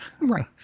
Right